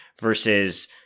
versus